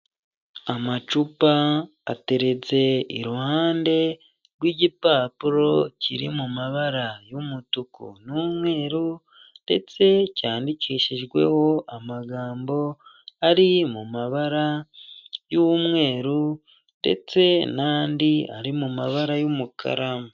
Amacupa ateretse iruhande rw'igipapuro kiri mu mabara y'umutuku n'umweru ndetse cyandikishijweho amagambo ari mu mabara y'umweru ndetse n'andi ari mu mabara y'umukara.